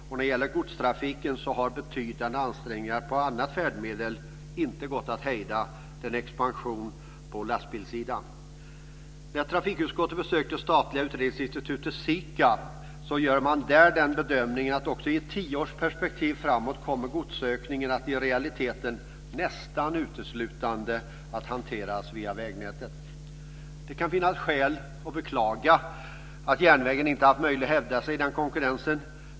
När det gäller godstrafiken har betydande ansträngningar för att öka användandet av andra färdmedel inte kunnat hejda expansionen på lastbilssidan. Trafikutskottet besökte det statliga utredningsinstitutet SIKA. Där gör man bedömningen att godstransporterna också i ett tioårsperspektiv framåt i realiteten nästan uteslutande kommer att ske via vägnätet. Det kan finnas skäl att beklaga att järnvägen inte har haft möjlighet att hävda sig i konkurrensen.